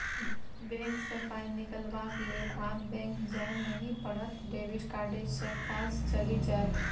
bank सँ पाय निकलाबक लेल आब बैक जाय नहि पड़त डेबिट कार्डे सँ काज चलि जाएत